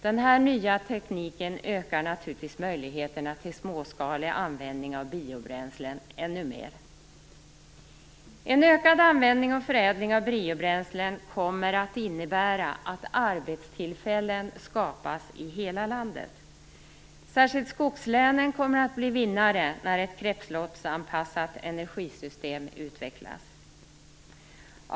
Den nya tekniken innebär ännu större möjligheter till småskalig användning av biobränslen. Ökad användning och förädling av biobränslen kommer att innebära att arbetstillfällen skapas i hela landet. Särskilt skogslänen kommer att bli vinnare när ett kretsloppsanpassat energisystem utvecklas.